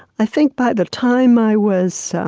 i think by the time i was so